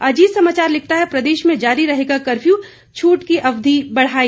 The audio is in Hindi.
अजीत समाचार लिखता है प्रदेश में जारी रहेगा कफ्यू छूट की अवधि बढ़ाई